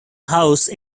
house